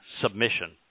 submission